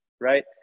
right